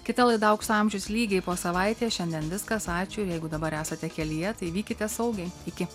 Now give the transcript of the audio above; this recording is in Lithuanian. kita laida aukso amžius lygiai po savaitės šiandien viskas ačiū jeigu dabar esate kelyje tai vykite saugiai iki